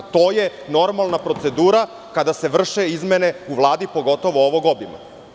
To je normalna procedura kada se vrše izmene u Vladi, pogotovo ovog obima.